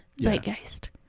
zeitgeist